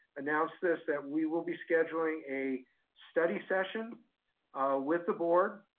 announce this that we will be scheduling a study session with the board.